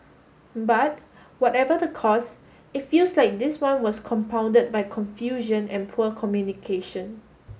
but whatever the cause it feels like this one was compounded by confusion and poor communication